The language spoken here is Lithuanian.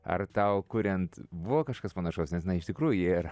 ar tau kuriant buvo kažkas panašaus nes na iš tikrųjų jie ir